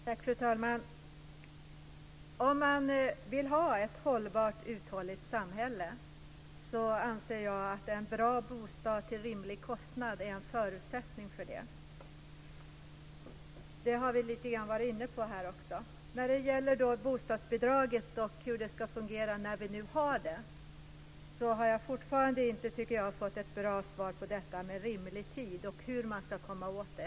Fru talman! Om man vill ha ett hållbart uthålligt samhälle är enligt min mening en bra bostad till en rimlig kostnad en förutsättning för det. Det har vi lite grann varit inne på här. Vad gäller bostadsbidraget och hur det ska fungera när vi nu har det har jag fortfarande inte fått ett bra svar på min fråga om rimlig tid och hur man ska komma åt det problemet.